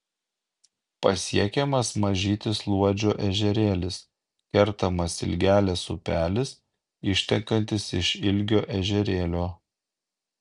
pasiekiamas mažytis luodžio ežerėlis kertamas ilgelės upelis ištekantis iš ilgio ežerėlio